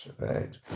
right